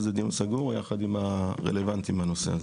זה דיון סגור יחד עם הרלוונטיים לנושא הזה.